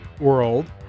World